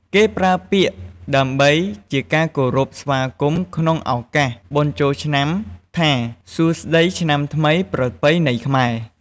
គេប្រើពាក្យដើម្បីជាការគោរពការស្វាគមន៏ក្នុងឱកាសបុណ្យចូលឆ្នាំថា សួស្ដីឆ្នាំថ្មីប្រពៃណីខ្មែរ